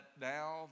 now